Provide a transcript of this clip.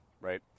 right